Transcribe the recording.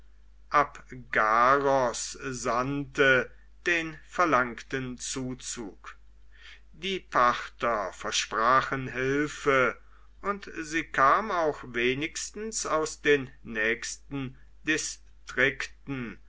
abgaros sandte den verlangten zuzug die parther versprachen hilfe und sie kam auch wenigstens aus den nächsten distrikten